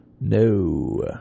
No